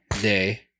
Day